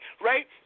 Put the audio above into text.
right